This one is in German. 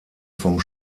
vom